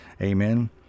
Amen